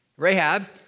Rahab